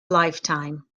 lifetime